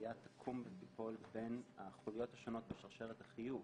הסוגיה תקום ותיפול בין החוליות השונות בשרשרת החיוב.